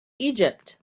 egypt